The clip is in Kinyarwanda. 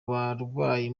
barwayi